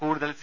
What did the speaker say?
കൂടുതൽ സി